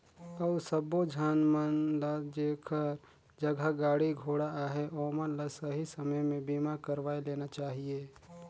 अउ सबो झन मन ल जेखर जघा गाड़ी घोड़ा अहे ओमन ल सही समे में बीमा करवाये लेना चाहिए